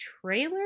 trailer